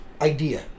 idea